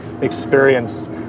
experienced